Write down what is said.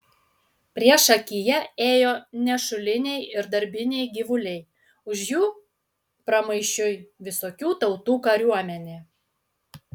priešakyje ėjo nešuliniai ir darbiniai gyvuliai už jų pramaišiui visokių tautų kariuomenė